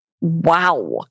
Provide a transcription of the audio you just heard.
wow